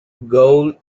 goal